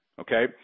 Okay